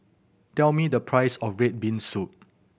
tell me the price of red bean soup